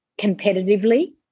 competitively